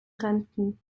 renten